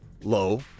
low